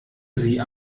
sie